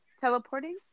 Teleporting